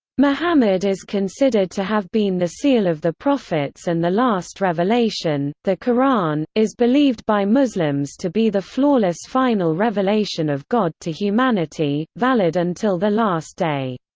muhammad is considered to have been the seal of the prophets and the last revelation, the qur'an, is believed by muslims to be the flawless final revelation of god to humanity, valid until the last day.